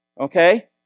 Okay